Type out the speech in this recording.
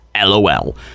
LOL